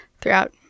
throughout